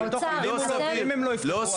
אתם לא יכולים לאפשר.